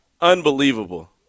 Unbelievable